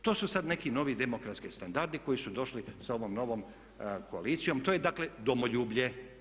E to su sad neki novi demokratski standardi koji su došli sa ovom novom koalicijom, to je dakle domoljublje.